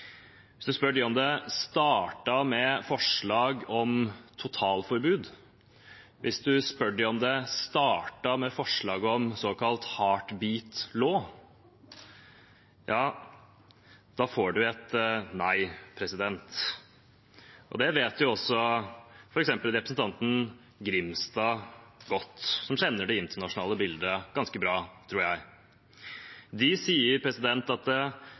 hvis man spør dem som slåss imot innstrammingene i Polen, om det startet med forslag om totalforbud, og hvis man spør dem om det startet med forslag om en såkalt «heartbeat law», får man nei til svar. Det vet også f.eks. representanten Carl-Erik Grimstad, som jeg tror kjenner det internasjonale bildet ganske bra, godt. De sier at